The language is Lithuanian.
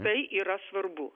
tai yra svarbu